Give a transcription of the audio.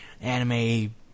anime